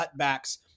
cutbacks